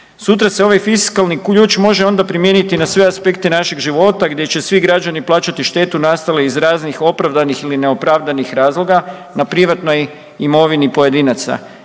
Sutra se ovaj fiskalni ključ možde onda primijeniti i na sve aspekte našeg života gdje će svi građani plaćati štetu nastalu iz raznih opravdanih ili neopravdanih razloga na privatnoj imovini pojedinaca.